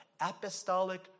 apostolic